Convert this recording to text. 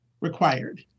required